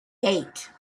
eight